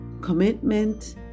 commitment